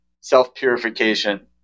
self-purification